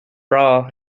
breá